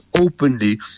openly